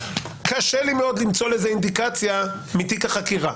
קשה לי מאוד למצוא לזה אינדיקציה מתיק החקירה.